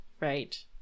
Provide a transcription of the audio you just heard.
right